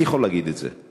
אני יכול להגיד את זה.